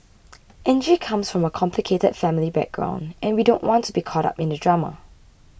Angie comes from a complicated family background and we don't want to be caught up in the drama